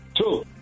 Two